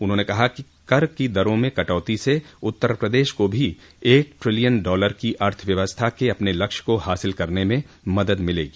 उन्होंने कहा कि कर की दरों में कटौती से उत्तर प्रदेश को भी एक ट्रिलियन डालर की अर्थव्यवस्था के अपने लक्ष्य को हासिल करने में मदद मिलेगी